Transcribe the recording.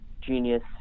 genius